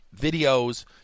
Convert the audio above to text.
videos